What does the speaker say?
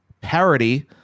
parody